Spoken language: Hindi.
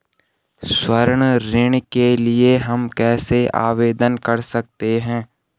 स्वर्ण ऋण के लिए हम कैसे आवेदन कर सकते हैं?